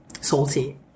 Salty